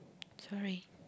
sorry